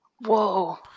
Whoa